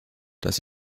dass